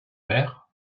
maire